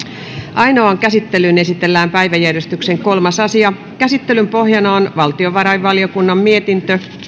ainoaan käsittelyyn esitellään päiväjärjestyksen kolmas asia käsittelyn pohjana on valtiovarainvaliokunnan mietintö